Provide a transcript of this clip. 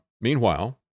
meanwhile